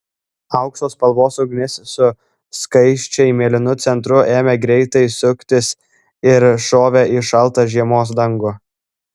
aukso spalvos ugnis su skaisčiai mėlynu centru ėmė greitai suktis ir šovė į šaltą žiemos dangų